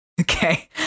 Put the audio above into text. Okay